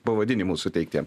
pavadinimų suteikti